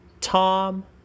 Tom